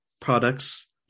products